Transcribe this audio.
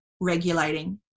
regulating